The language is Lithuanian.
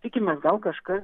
tikimės gal kažkas